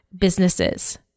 businesses